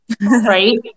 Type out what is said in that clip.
Right